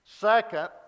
Second